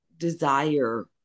desire